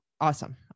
Awesome